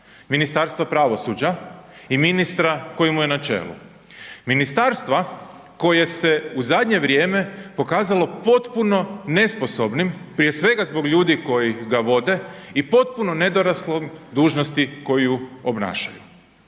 Ministarstvo pravosuđa i ministra koji mu je na čelu, ministarstva koje se u zadnje vrijeme pokazalo potpuno nesposobnim prije svega zbog ljudi koji ga vode i potpuno nedoraslom dužnosti koju obnaša.